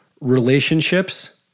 relationships